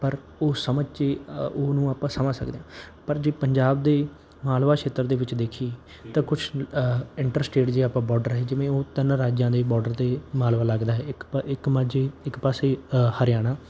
ਪਰ ਉਹ ਸਮਝ 'ਚ ਉਹਨੂੰ ਆਪਾਂ ਸਮਝ ਸਕਦੇ ਆ ਪਰ ਜੇ ਪੰਜਾਬ ਦੇ ਮਾਲਵਾ ਛੇਤਰ ਦੇ ਵਿੱਚ ਦੇਖੀਏ ਤਾਂ ਕੁਝ ਇੰਟਰਸਟੇਟ ਜੇ ਆਪਾਂ ਬਾਰਡਰ ਹੈ ਜਿਵੇਂ ਉਹ ਤਿੰਨ ਰਾਜਿਆਂ ਦੇ ਬਾਰਡਰ 'ਤੇ ਮਾਲਵਾ ਲੱਗਦਾ ਹੈ ਇੱਕ ਪਾ ਇੱਕ ਮਾਝੀ ਇੱਕ ਪਾਸੇ ਹਰਿਆਣਾ